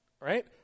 right